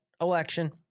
election